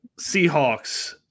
Seahawks